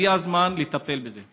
הגיע הזמן לטפל בזה.